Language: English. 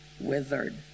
withered